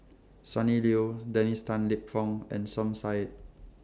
Sonny Liew Dennis Tan Lip Fong and Som Said